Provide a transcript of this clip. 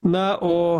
na o